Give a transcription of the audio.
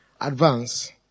advance